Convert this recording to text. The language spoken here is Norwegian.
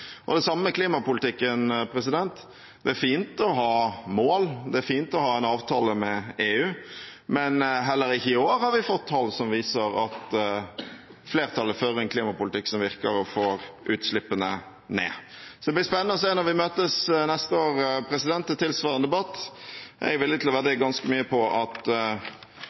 arbeidsplasser. Det samme med klimapolitikken: Det er fint å ha mål, det er fint å ha en avtale med EU, men heller ikke i år har vi fått tall som viser at flertallet fører en klimapolitikk som virker og får utslippene ned. Så det blir spennende å se når vi møtes neste år, i tilsvarende debatt. Jeg er villig til å vedde ganske mye på at